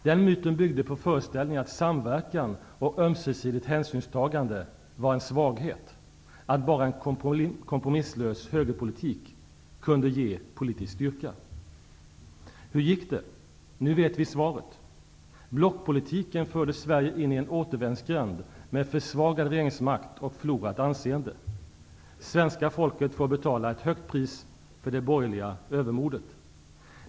Den myten byggde på föreställningen att samverkan och ömsesidigt hänsynstagande var en svaghet, att bara en kompromisslös högerpolitik kunde ge politisk styrka. Hur gick det? Nu vet vi svaret: Blockpolitiken förde Sverige in i en återvändsgänd med försvagad regeringsmakt och förlorat anseende. Svenska folket får betala ett högt pris för det borgerliga övermodet.